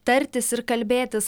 tartis ir kalbėtis